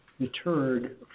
deterred